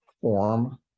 form